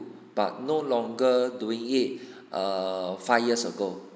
but no longer doing it err five years ago